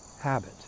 habit